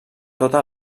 tota